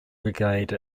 regulate